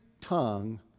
tongue